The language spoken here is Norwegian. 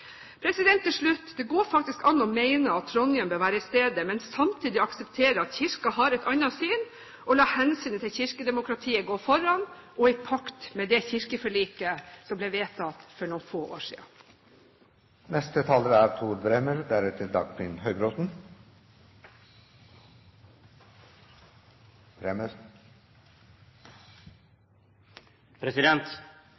Til slutt: Det går faktisk an å mene at Trondheim bør være stedet, men samtidig akseptere at Kirken har et annet syn, og la hensynet til kirkedemokratiet gå foran og i pakt med det kirkeforliket som ble vedtatt for noen få år